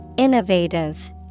Innovative